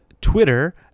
twitter